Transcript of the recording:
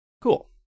cool